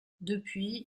depuis